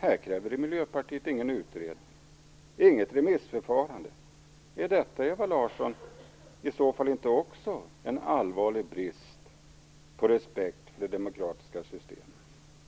Här kräver inte Miljöpartiet någon utredning eller något remissförfarande. Är inte också detta en allvarlig brist på respekt för det demokratiska systemet?